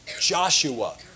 Joshua